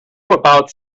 about